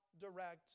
direct